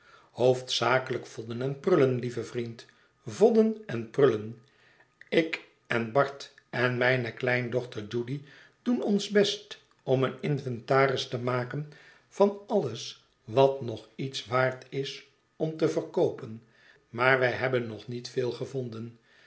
hoofdzakelijk vodden en prullen lieve vriend vodden en prullen ik en bart en mijne kleindochter judy doen ons best om een inventaris te maken van alles wat nog iets waard is om te verkoopen maar wij hebben nog niet veel gevonden